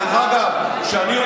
אל תתייחס אליו, אדוני השר.